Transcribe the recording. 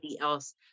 else